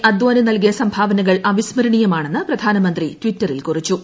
അദ്ധനി നൽകിയ സംഭാവനകൾ അവിസ്മരണീയമാണെന്ന് പ്രധാനമന്ത്രി ടിറ്ററിൽ കുറിച്ചു